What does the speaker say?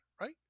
right